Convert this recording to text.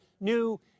new